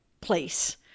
place